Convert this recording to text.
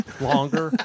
longer